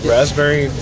Raspberry